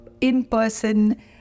in-person